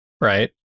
right